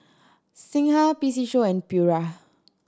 Singha P C Show and Pura